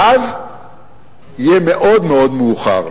ואז יהיה מאוד מאוד מאוחר.